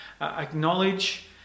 acknowledge